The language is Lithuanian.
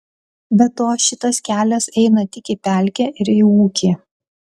be to šitas kelias eina tik į pelkę ir į ūkį